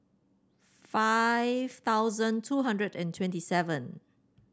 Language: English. five thousand two hundred and twenty seven